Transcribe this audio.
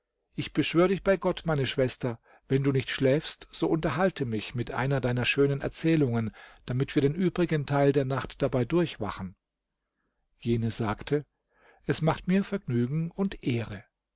ich beschwör dich bei gott meine schwester wenn du nicht schläfst so unterhalte mich mit einer deiner schönen erzählungen damit wir den übrigen teil der nacht dabei durchwachen jene sagte es macht mir vergnügen und ehre